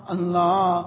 Allah